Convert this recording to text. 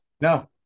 no